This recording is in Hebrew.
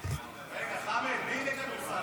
חמד, מי אימן כדורסל?